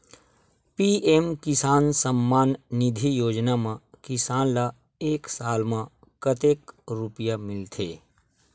PM Kisan Samman Nidhi Yojana म किसान ल एक साल म कतेक रुपिया मिलथे?